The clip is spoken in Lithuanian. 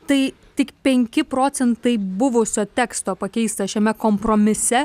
tai tik penki procentai buvusio teksto pakeista šiame kompromise